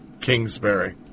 Kingsbury